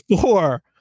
four